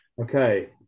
Okay